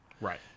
Right